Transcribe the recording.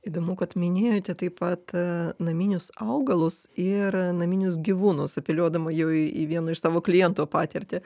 įdomu kad minėjote taip pat naminius augalus ir naminius gyvūnus apeliuodama jau į vieno iš savo klientų patirtį